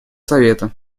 совета